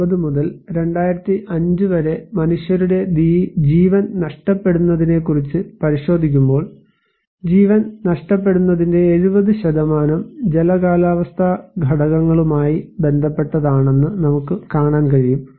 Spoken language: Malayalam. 1980 മുതൽ 2005 വരെ മനുഷ്യരുടെ ജീവൻ നഷ്ടപ്പെടുന്നതിനെക്കുറിച്ച് പരിശോധിക്കുമ്പോൾ ജീവൻ നഷ്ടപ്പെടുന്നതിന്റെ 70 ജല കാലാവസ്ഥാ ഘടകങ്ങളുമായി ബന്ധപ്പെട്ടതാണെന്ന് നമുക്ക് കാണാൻ കഴിയും